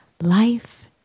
Life